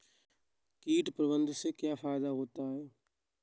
कीट प्रबंधन से क्या फायदा होता है?